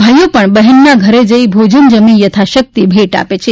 ભાઈઓ પણ બહેનોના ઘરે જઈ ભોજન જમી યથાશક્તિ ભેટ આપે છે